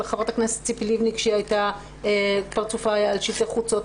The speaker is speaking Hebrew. חברת הכנסת ציפי לבני שפרצופה היה על שלטי חוצות,